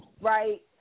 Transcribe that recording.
right